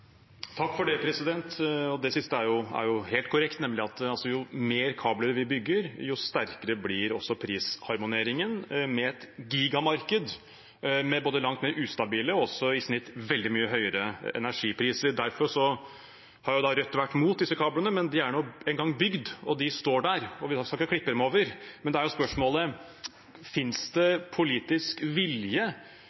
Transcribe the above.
siste er helt korrekt, nemlig at jo mer kabler vi bygger, jo sterkere blir også prisharmoniseringen med et gigamarked med både langt mer ustabile og også i snitt veldig mye høyere energipriser. Derfor har Rødt vært imot disse kablene, men de er nå engang bygd, og de er der, vi skal ikke klippe dem over. Da er spørsmålet: Finnes det